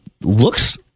looks